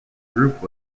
group